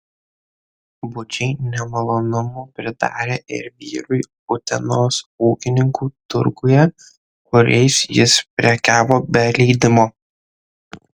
bučiai nemalonumų pridarė ir vyrui utenos ūkininkų turguje kuriais jis prekiavo be leidimo